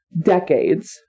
decades